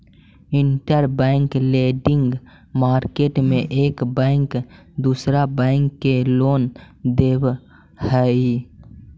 interbank lending market में एक bank दूसरा बैंक के लोन देवऽ हई